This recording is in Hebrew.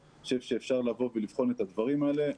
אני חושב שאפשר לבוא ולבחון את הדברים האלה,